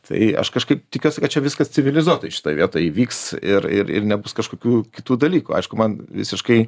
tai aš kažkaip tikiuosi kad čia viskas civilizuotai šitoj vietoj įvyks ir ir nebus kažkokių kitų dalykų aišku man visiškai